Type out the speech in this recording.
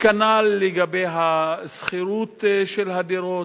כנ"ל לגבי השכירות של הדירות.